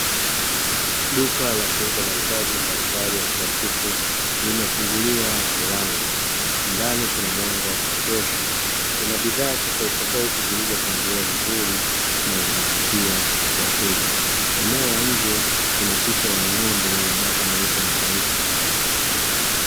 Duka la kuuza mahitaji mbalimbali ya kila siku limefunguliwa milango, ndani kuna mwanga wa kutosha kuna bidhaa tofautitofauti zilizopangiliwa vizuri na zinavutia wateja, eneo la nje kuna picha ya n'gombe mwenye mabaka meupe na meusi.